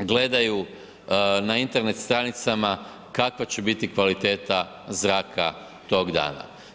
gledaju na Internet stranicama kakva će biti kvaliteta zraka tog dana.